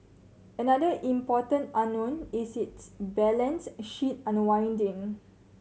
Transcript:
another important unknown is its balance sheet unwinding